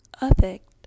affect